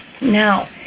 Now